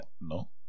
no